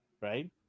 right